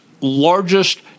largest